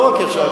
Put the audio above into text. לא רק יצאה,